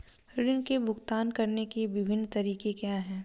ऋृण के भुगतान करने के विभिन्न तरीके क्या हैं?